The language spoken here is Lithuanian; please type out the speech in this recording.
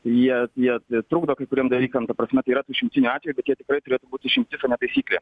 jie jie trukdo kai kuriem dalykam ta prasme tai yra tų išimtinių atvejų kad jie tikrai turėtų būt išimtis o ne taisyklė